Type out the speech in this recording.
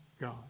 God